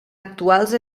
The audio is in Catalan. actuals